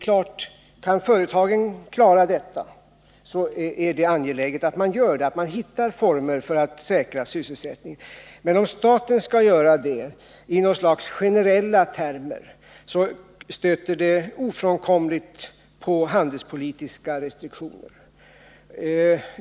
Kan företagen klara detta, är det angeläget att man hittar former för att säkra sysselsättningen. Men om staten skall göra det i några slags generella termer, stöter det ofrånkomligen på handelspolitiska restriktioner.